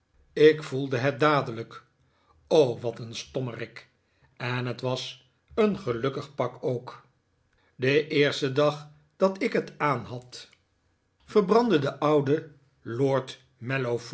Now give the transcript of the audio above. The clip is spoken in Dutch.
ik voelde het dadelijk o wat een stommerik en het was een gelukkig pak ook den eersten dag dat ik het aanhad verbrandde de oude lord